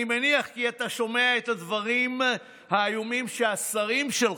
אני מניח כי אתה שומע את הדברים האיומים שהשרים שלך,